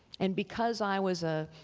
and because i was a